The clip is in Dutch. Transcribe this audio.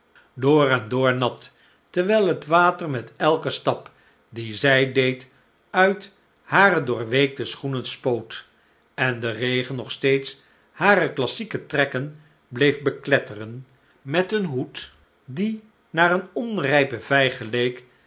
door en door nat terwijl het water met elken stap dien zij deed uit hare doorweekte schoenen spoot en de regen nog steeds hare classieke trekken bleef bekletteren met een hoed die naar eene onrijpe vijg geleek